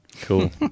Cool